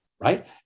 right